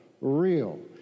real